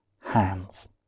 hands